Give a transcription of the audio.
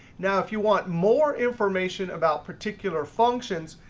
now if you want more information about particular functions,